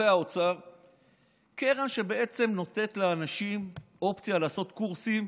קרן שנותנת לאנשים אופציה לעשות קורסים,